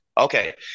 okay